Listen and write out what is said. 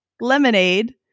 lemonade